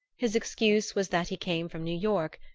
his excuse was that he came from new york,